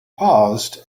paused